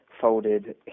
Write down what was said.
folded